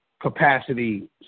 capacity